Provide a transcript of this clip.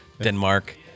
Denmark